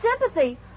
sympathy